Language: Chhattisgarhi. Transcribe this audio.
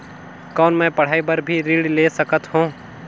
कौन मै पढ़ाई बर भी ऋण ले सकत हो?